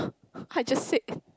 I just said